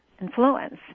influence